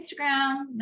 Instagram